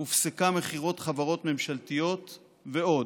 הופסקה מכירת חברות ממשלתיות ועוד.